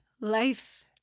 Life